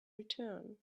return